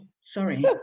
Sorry